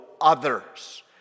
others